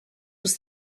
was